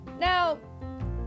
Now